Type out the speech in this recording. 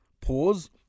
pause